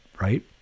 right